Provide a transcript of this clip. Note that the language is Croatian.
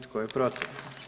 Tko je protiv?